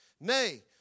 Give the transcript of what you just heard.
Nay